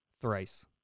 thrice